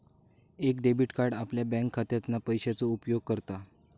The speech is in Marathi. एक डेबिट कार्ड आपल्या बँकखात्यातना पैशाचो उपयोग करता